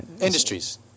Industries